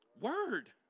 word